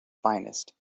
finest